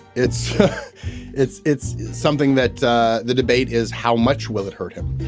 it's it's it's something that that the debate is how much will it hurt him.